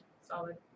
Solid